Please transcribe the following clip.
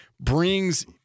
brings